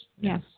yes